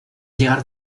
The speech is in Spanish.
llegar